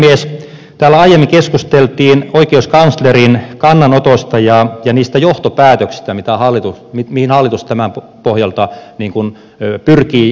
täällä aiemmin keskusteltiin oikeuskanslerin kannanotosta ja niistä johtopäätöksistä mihin hallitus tämän pohjalta pyrkii ja mitä toteuttaa